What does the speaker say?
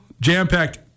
jam-packed